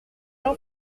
jean